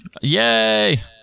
Yay